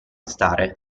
stare